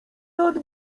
nad